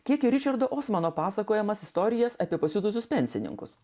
tiek ir ričardo osmano pasakojamas istorijas apie pasiutusius pensininkus